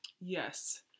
Yes